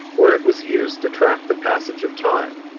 where it was used to track the passage of time,